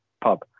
pub